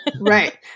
Right